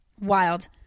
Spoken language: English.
wild